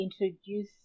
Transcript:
introduce